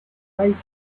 congress